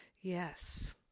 Yes